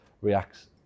reacts